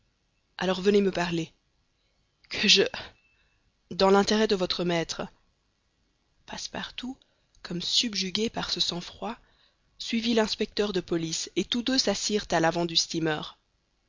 alors venez me parler que je dans l'intérêt de votre maître passepartout comme subjugué par ce sang-froid suivit l'inspecteur de police et tous deux s'assirent à l'avant du steamer